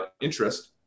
interest